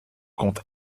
compte